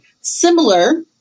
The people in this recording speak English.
similar